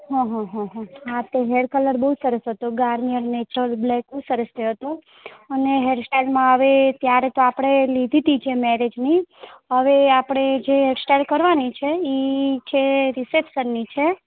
હં હં હં હં હા તો હેર કલર બહુ સરસ હતો ગાર્નિયર નેચરલ બ્લેક બહુ સરસ થયો હતો અને હેરસ્ટાઈલમાં હવે ત્યારે તો આપણે લીધી હતી જે મેરેજની હવે જે એ આપણે જે હેરસ્ટાઈલ કરવાની છે એ છે રિસેપ્શનની છે